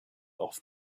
off